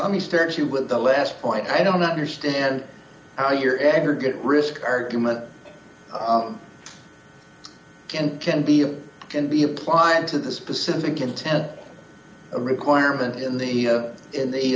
the stare at you with the last point i don't understand how your aggregate risk argument can can deal and be applied to the specific intent a requirement in the in the